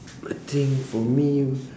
I think for me